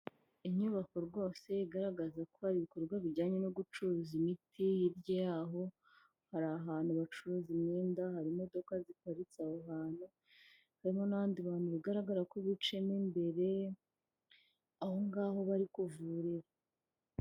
Inyubako rwose igaragaza ko hari ibikorwa bijyanye no gucuruza imiti hirya y'aho hari ahantu bacuruza imyenda hariba imodoka ziparitse aho hantu harimo n'abandi bantu bigaragara ko biceyemo imbere ahongaho bari kuvuriro.